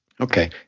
Okay